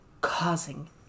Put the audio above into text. Causing